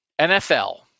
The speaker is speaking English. NFL